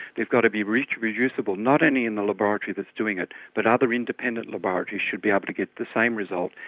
they've got to be reproducible not only in the laboratory that's doing it but other independent laboratories should be able to get the same result,